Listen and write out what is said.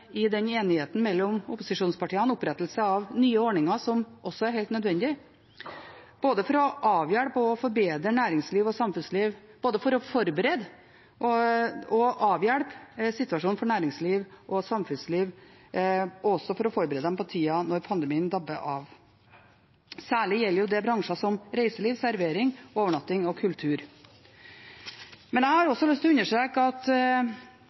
i enigheten mellom opposisjonspartiene opprettelse av nye ordninger som også er helt nødvendige, både for å avhjelpe og forbedre næringsliv og samfunnsliv, for å forberede og avhjelpe situasjonen for næringsliv og samfunnsliv, og også for å forberede dem på tida når pandemien dabber av. Særlig gjelder dette bransjer som reiseliv, servering, overnatting og kultur. Jeg har også lyst til å understreke at